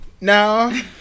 No